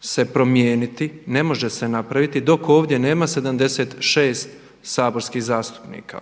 se promijeniti, ne može se napraviti dok ovdje nema 76 saborskih zastupnika